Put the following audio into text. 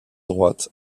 droites